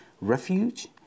refuge